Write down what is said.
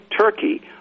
Turkey